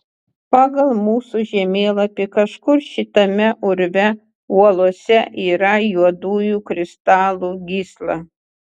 pagal mūsų žemėlapį kažkur šitame urve uolose yra juodųjų kristalų gysla